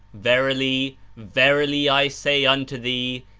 verily, verily i say unto thee,